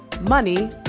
money